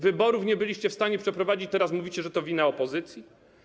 Wyborów nie byliście w stanie przeprowadzić, teraz mówicie, że to wina opozycji?